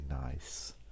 nice